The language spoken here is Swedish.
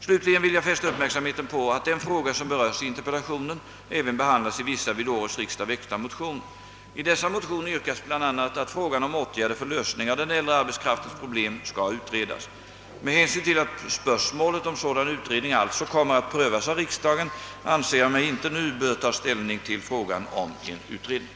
Slutligen vill jag fästa uppmärksamheten på att den fråga som berörs i interpellationen även behandlas i vissa vid årets riksdag väckta motioner. I dessa motioner yrkas bl.a. att frågan om åtgärder för lösning av den äldre arbetskraftens problem skall utredas. Med hänsyn till att spörsmålet om sådan utredning alltså kommer att prövas av riksdagen anser jag mig inte nu böra ta ställning till frågan om en utredning.